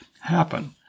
happen